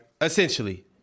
Essentially